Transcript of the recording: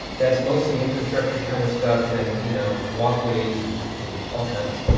that's mostly infrastructure kind of stuff and you know, walkways and and all kinds.